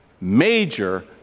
major